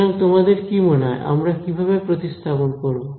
সুতরাং তোমাদের কি মনে হয় আমরা কিভাবে প্রতিস্থাপন করব